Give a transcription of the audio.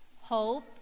hope